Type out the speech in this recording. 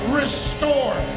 restore